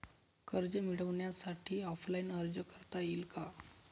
कर्ज मिळण्यासाठी ऑफलाईन अर्ज करता येईल का?